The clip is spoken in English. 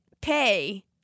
pay